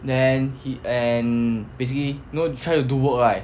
then he and basically know try to do work right